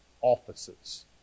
offices